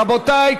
רבותי,